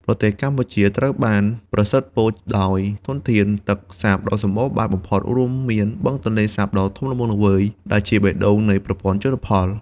ប្រទេសកម្ពុជាត្រូវបានប្រសិទ្ធពរដោយធនធានទឹកសាបដ៏សម្បូរបែបបំផុត រួមមានបឹងទន្លេសាបដ៏ធំល្វឹងល្វើយ ដែលជាបេះដូងនៃប្រព័ន្ធជលផល។